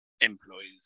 Employees